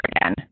again